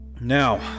Now